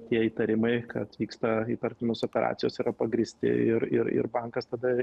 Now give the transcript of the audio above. tie įtarimai kad vyksta įtartinos operacijos yra pagrįsti ir ir ir bankas tada